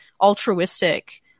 altruistic